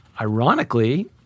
ironically